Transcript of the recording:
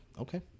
Okay